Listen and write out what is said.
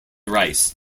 rice